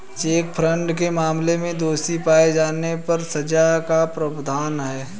check fraud के मामले में दोषी पाए जाने पर सजा का प्रावधान है